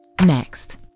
Next